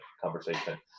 conversation